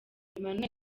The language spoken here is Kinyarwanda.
emmanuel